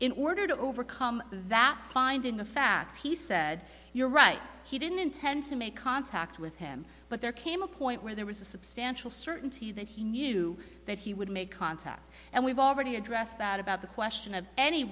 in order to overcome that finding the fact he said you're right he didn't intend to make contact with him but there came a point where there was a substantial certainty that he knew that he would make contact and we've already addressed that about the question of any